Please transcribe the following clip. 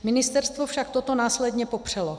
Ministerstvo však toto následně popřelo.